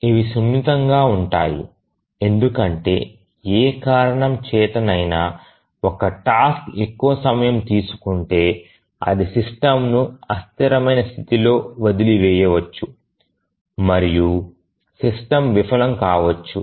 ఇవి సున్నితంగా ఉంటాయి ఎందుకంటే ఏ కారణం చేతనైనా ఒక టాస్క్ ఎక్కువ సమయం తీసుకుంటే అది సిస్టమ్ ను అస్థిరమైన స్థితిలో వదిలి వేయవచ్చు మరియు సిస్టమ్ విఫలం కావచ్చు